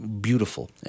beautiful